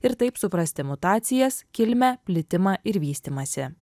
ir taip suprasti mutacijas kilmę plitimą ir vystymąsi